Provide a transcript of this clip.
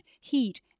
heat